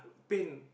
pain